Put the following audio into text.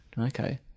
okay